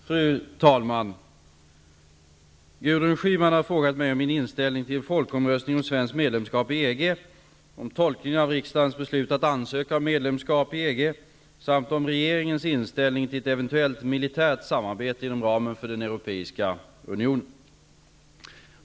Fru talman! Gudrun Schyman har frågat mig om min inställning till folkomröstningen om svenskt medlemskap i EG, om tolkningen av riksdagens beslut att ansöka om medlemskap i EG samt om regeringens inställning till ett eventuellt militärt samarbete inom ramen för Europeiska unionen.